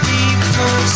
People